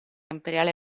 imperiale